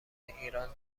ایران